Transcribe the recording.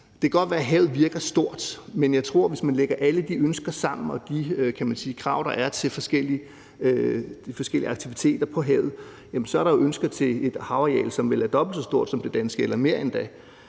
Det kan godt være, havet virker stort, men jeg tror, at der jo – hvis man lægger alle de ønsker og krav, der er til forskellige aktiviteter på havet, sammen – vil være ønsker til et havareal, som vil være dobbelt så stort som det danske – eller mere endda.